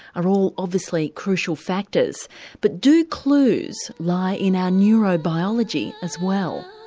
are all obviously crucial factors but do clues lie in our neurobiology as well?